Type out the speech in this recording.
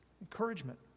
encouragement